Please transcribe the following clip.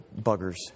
buggers